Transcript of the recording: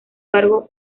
cargo